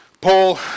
Paul